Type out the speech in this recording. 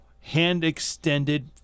hand-extended